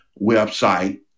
website